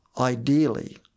Ideally